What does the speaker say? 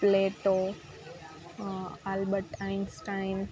plato albert einstein